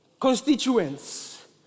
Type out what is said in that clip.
constituents